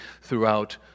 throughout